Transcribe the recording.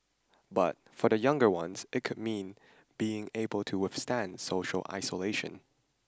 but for the younger ones it could mean being able to withstand social isolation